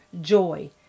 joy